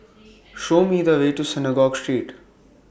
Show Me The Way to Synagogue Street